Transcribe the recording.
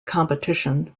competition